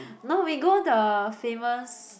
no we go the famous